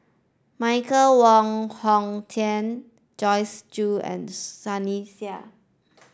Michael Wong Hong Teng Joyce Jue and Sunny Sia